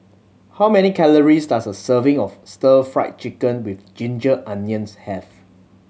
how many calories does a serving of Stir Fry Chicken with ginger onions have